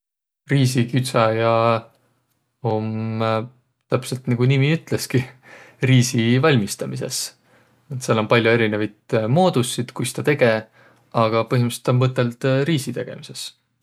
Riisiküdsäjä om täpselt nigu nimi ütleski, riisi valmistamisõs. Et sääl om pall'o erinevit moodussit, kuis tä tege, aga põhimõttõlisõlt tä om mõtõld riisi tegemises.